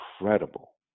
incredible